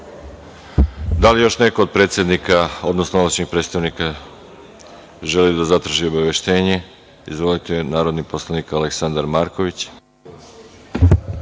li još neko od predsednika, odnosno ovlašćenih predstavnika želi da zatraži obaveštenje? Reč ima narodni poslanik Aleksandar Marković.